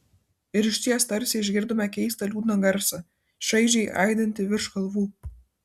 ir išties tarsi išgirdome keistą liūdną garsą šaižiai aidintį virš kalvų